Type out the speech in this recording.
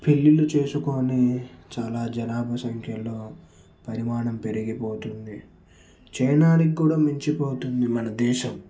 పెళ్లిళ్లు చేసుకుని చాలా జనాభా సంఖ్యలో పరిమాణం పెరిగిపోతుంది చైనాని కూడా మించిపోతుంది మన దేశం